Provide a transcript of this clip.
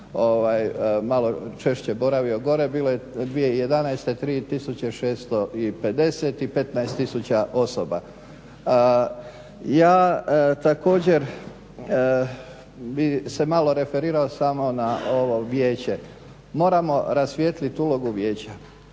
malo češće boravio gore, bilo je 2011. 3650 i 15 tisuća osoba. Ja također bih se malo referirao samo na ovo vijeće. Moramo rasvijetliti ulogu vijeća.